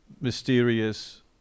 mysterious